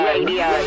Radio